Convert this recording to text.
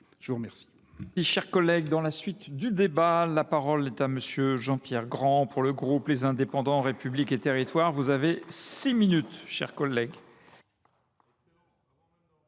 Je vous remercie,